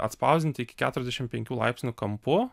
atspausdint iki keturiasdešim penkių laipsnių kampu